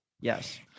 Yes